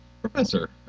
Professor